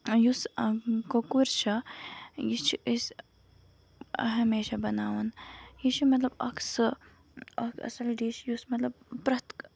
یُس کۄکُر چھےٚ یہِ چھِ أسۍ ہمیشہ بَناوان یہِ چھُ مطلب اکھ سُہ اکھ اَصٕل ڈِش یُس مطلب پرٮ۪تھ